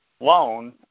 loan